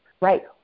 right